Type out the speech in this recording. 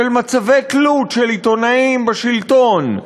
של מצבי תלות של עיתונאים בשלטון.